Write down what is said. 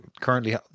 currently